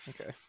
Okay